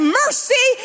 mercy